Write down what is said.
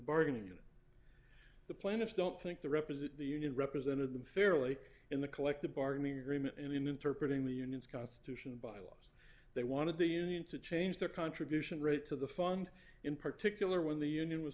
bargaining unit the planets don't think to represent the union represented them fairly in the collective bargaining agreement and in interpret in the unions constitution bylaws they wanted the union to change their contribution rate to the fund in particular when the union was